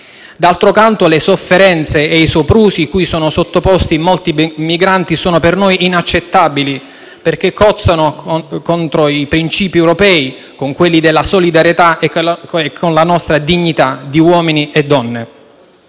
D'altro canto, le sofferenze e i soprusi cui sono sottoposti molti migranti sono per noi inaccettabili, perché cozzano contro i principi europei, con quelli della solidarietà e con la nostra dignità di uomini e donne.